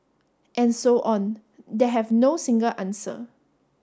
and so on that have no single answer